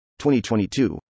2022